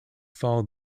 followed